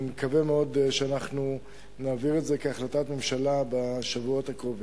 אני מקווה מאוד שאנחנו נעביר את זה כהחלטת ממשלה בשבועות הקרובים.